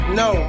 no